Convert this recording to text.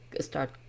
start